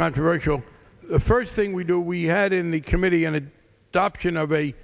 controversial first thing we do we had in the committee and the top you know of a